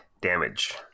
damage